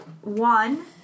one